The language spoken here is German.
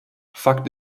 fakt